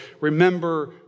remember